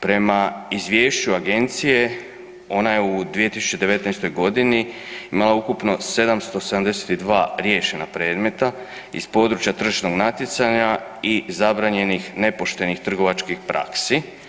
Prema izvješću agencije, ona je u 2019. g. imala ukupno 772 riješena predmeta iz područja tržišnog natjecanja i zabranjenih nepoštenih trgovačkih praksi.